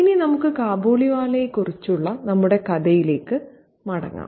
ഇനി നമുക്ക് കാബൂളിവാലയെക്കുറിച്ചുള്ള നമ്മുടെ കഥയിലേക്ക് മടങ്ങാം